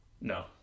No